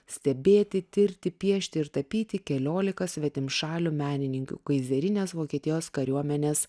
stebėti tirti piešti ir tapyti keliolika svetimšalių menininkių kaizerinės vokietijos kariuomenės